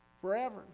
Forever